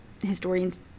historians